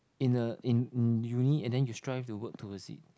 in the in in the uni and you strive to work to the seat